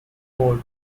four